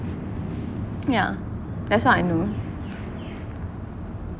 yeah that's what I know